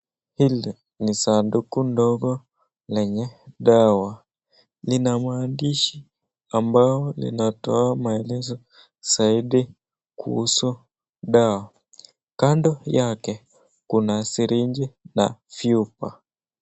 Hili ni sanduku ndogo lenye dawa. Lina maandishi ambayo linatoa maelezo zaidi kuhusu dawa. Kando yake kuna siringi na chupa.